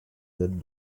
that